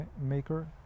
Maker